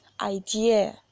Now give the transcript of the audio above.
idea